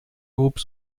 groupe